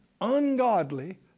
ungodly